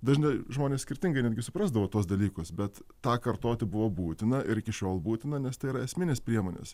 dažnai žmonės skirtingai netgi suprasdavo tuos dalykus bet tą kartoti buvo būtina ir iki šiol būtina nes tai yra esminės priemonės